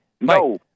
No